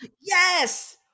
Yes